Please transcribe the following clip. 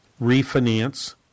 refinance